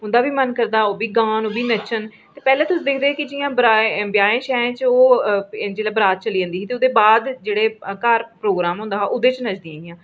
उं'दा बी मन करदा कि ओह् गान जां नच्चन पैह्लें तुस दिखदे हे ब्याहें च ओह् जेल्लै बरात चली जंदी ही ते जेह्ड़े घर प्रोग्राम होंदा हा ओह्दे च नच्चदियां हियां